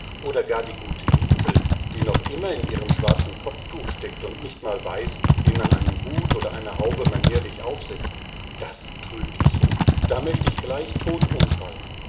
oder gar die gute mietzel die noch immer in ihrem schwarzen kopftuch steckt und nicht mal weiß wie man einen hut oder eine haube manierlich aufsetzt das trüg ich nicht da möcht ich gleich todt umfallen